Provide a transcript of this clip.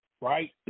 Right